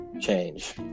change